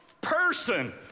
person